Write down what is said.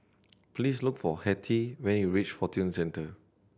please look for Hettie when you reach Fortune Centre